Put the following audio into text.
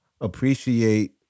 appreciate